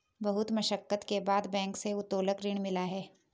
बहुत मशक्कत के बाद बैंक से उत्तोलन ऋण मिला है